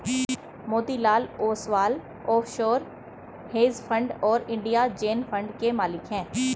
Motilal Oswal offshore hedge fund और India gen fund के मालिक हैं